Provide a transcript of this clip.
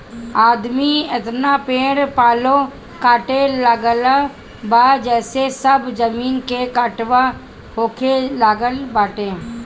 आदमी एतना पेड़ पालो काटे लागल बा जेसे सब जमीन के कटाव होखे लागल बाटे